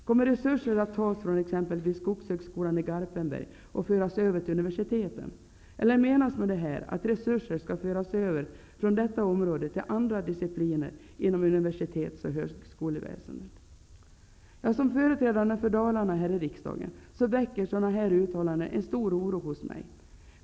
Kommer resurser att tas från exempelvis Skogshögskolan i Garpenberg och föras över till universiteten, eller menas det att resurser skall föras över från detta område till andra discipliner inom universitets och högskoleväsendet? Som företrädare för Dalarna här i riksdagen väcker sådana här uttalanden en stor oro hos mig.